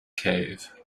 cave